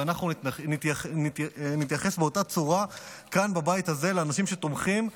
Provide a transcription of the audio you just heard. ואנחנו נתייחס באותה צורה כאן בבית הזה לאנשים שתומכים בחמאס.